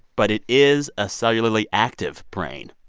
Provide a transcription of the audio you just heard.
but it is a cellularly active brain.